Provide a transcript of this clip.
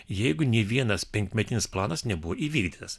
jeigu nė vienas penkmetinis planas nebuvo įvykdytas